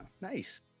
nice